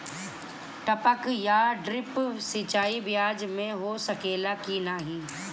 टपक या ड्रिप सिंचाई प्याज में हो सकेला की नाही?